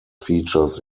features